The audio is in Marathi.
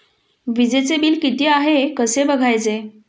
वीजचे बिल किती आहे कसे बघायचे?